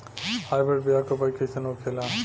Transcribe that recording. Hybrid बीया के उपज कैसन होखे ला?